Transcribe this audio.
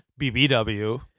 BBW